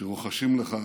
שרוחשים לך